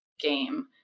game